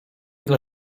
dla